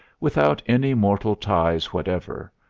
without any mortal ties whatever,